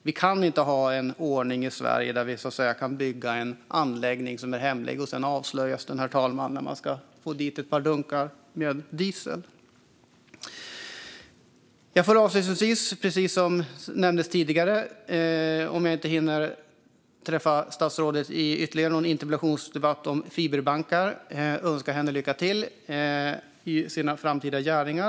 Vi kan inte ha en ordning i Sverige där vi kan bygga en anläggning som är hemlig men den sedan avslöjas när man ska få dit ett par dunkar med diesel, herr talman. Jag får avslutningsvis, precis som nämndes tidigare - om jag nu inte hinner träffa statsrådet i ytterligare någon interpellationsdebatt om fiberbankar - önska henne lycka till i hennes framtida gärningar.